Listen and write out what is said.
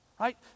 right